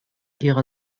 ihrer